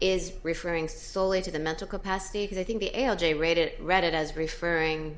is referring soley to the mental capacity because i think the a l j read it read it as referring